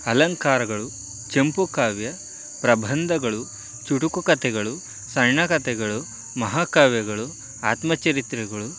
ಅಲಂಕಾರಗಳು ಚಂಪೂ ಕಾವ್ಯ ಪ್ರಬಂಧಗಳು ಚುಟುಕು ಕಥೆಗಳು ಸಣ್ಣಕಥೆಗಳು ಮಹಾಕಾವ್ಯಗಳು ಆತ್ಮಚರಿತ್ರೆಗಳು